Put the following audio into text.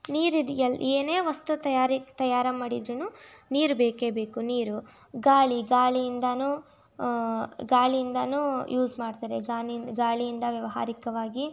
ನೀರು ಇದು ಎಲ್ಲಿ ಏನೇ ವಸ್ತು ತಯಾರಿಕೆ ತಯಾರು ಮಾಡಿದ್ರು ನೀರು ಬೇಕೇ ಬೇಕು ನೀರು ಗಾಳಿ ಗಾಳಿಯಿಂದಲೂ ಗಾಳಿಯಿಂದಲೂ ಯೂಸ್ ಮಾಡ್ತಾರೆ ಗಾಳಿಯಿಂ ಗಾಳಿಯಿಂದ ವ್ಯವಹಾರಿಕವಾಗಿ